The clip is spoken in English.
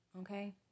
Okay